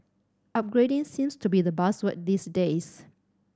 upgrading seems to be the buzzword these days